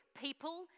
people